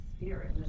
Spirit